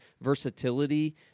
versatility